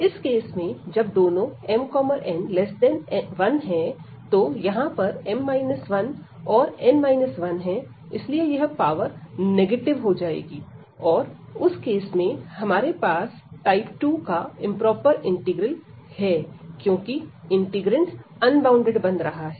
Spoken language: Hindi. इस केस में जब दोनों mn1 तो यहां पर m 1 और n 1 है इसीलिए यह पावर नेगेटिव हो जाएंगी और उस केस में हमारे पास टाइप 2 का इंप्रोपर इंटीग्रल है क्योंकि इंटीग्रैंड अनबॉउंडेड बन रहा है